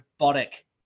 robotic